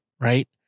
right